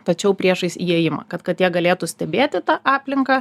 tačiau priešais įėjimą kad katė galėtų stebėti tą aplinką